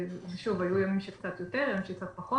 היו ימים שקצת יותר, ימים שקצת פחות.